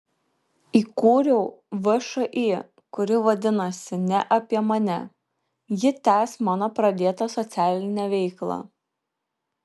įkūriau všį kuri vadinasi ne apie mane ji tęs mano pradėtą socialinę veiklą